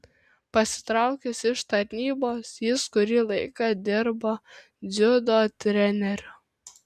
pasitraukęs iš tarnybos jis kurį laiką dirbo dziudo treneriu